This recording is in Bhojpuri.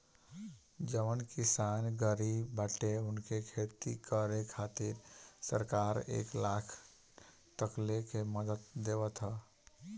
जवन किसान गरीब बाटे उनके खेती करे खातिर सरकार एक लाख तकले के मदद देवत ह